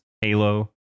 Halo